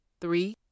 Three